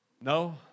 No